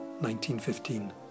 1915